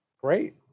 Great